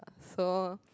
so